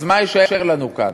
אז מה יישאר לנו כאן?